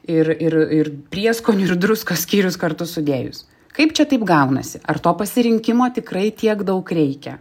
ir ir ir prieskonių ir druskos skyrius kartu sudėjus kaip čia taip gaunasi ar to pasirinkimo tikrai tiek daug reikia